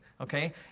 okay